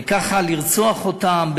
וככה לרצוח אותם.